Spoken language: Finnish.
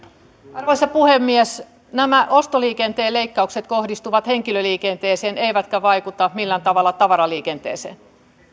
arvoisa puhemies nämä ostoliikenteen leikkaukset kohdistuvat henkilöliikenteeseen eivätkä vaikuta millään tavalla tavaraliikenteeseen